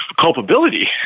culpability